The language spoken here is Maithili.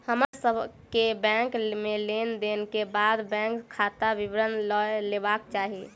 हमर सभ के बैंक में लेन देन के बाद बैंक खाता विवरण लय लेबाक चाही